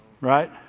Right